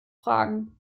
fragen